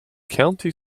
county